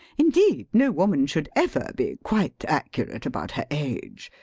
indeed, no woman should ever be quite accurate about her age.